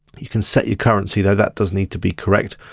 you can set your currency though, that does need to be correct.